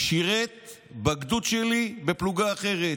בן כספית שירת בגדוד שלי בפלוגה אחרת.